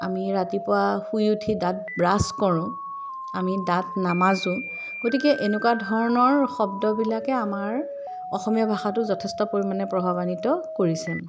আমি ৰাতিপুৱা শুই উঠি দাঁত ব্ৰাছ কৰোঁ আমি দাঁত নামাজোঁ গতিকে এনেকুৱা ধৰণৰ শব্দবিলাকে আমাৰ অসমীয়া ভাষাটো যথেষ্ট পৰিমানে প্ৰভাৱান্ৱিত কৰিছে